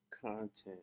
content